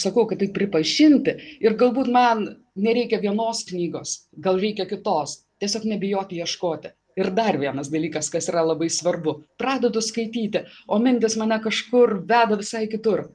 sakau kad tai pripažinti ir galbūt man nereikia vienos knygos gal reikia kitos tiesiog nebijoti ieškoti ir dar vienas dalykas kas yra labai svarbu pradedu skaityti o mintys mane kažkur veda visai kitur